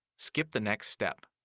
skip the next step.